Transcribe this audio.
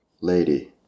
lady